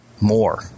more